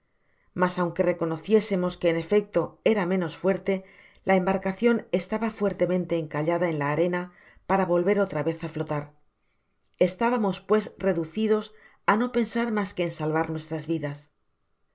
mas aunque reconociésemos que en efecto era menos fuerte la embarcacion estaba fuertemente encallada en la arena para volver otra vez á flotar estábamos pues reducidos á no pensar mas que en salvar nuestras vidas